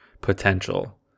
potential